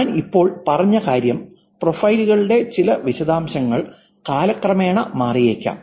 ഞാൻ ഇപ്പോൾ പറഞ്ഞ കാര്യം പ്രൊഫൈലുകളുടെ ചില വിശദാംശങ്ങൾ കാലക്രമേണ മാറിയേക്കാം